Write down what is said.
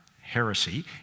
heresy